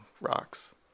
rocks